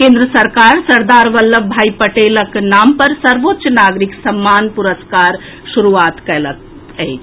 केन्द्र सरकार सरदार वल्लभ भाई पटेलक नाम पर सर्वोच्च नागरिक सम्मान पुरस्कारक शुरूआत कयलक अछि